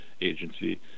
Agency